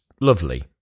lovely